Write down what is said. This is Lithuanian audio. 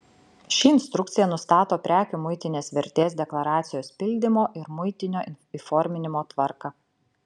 ši instrukcija nustato prekių muitinės vertės deklaracijos pildymo ir muitinio įforminimo tvarką